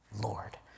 Lord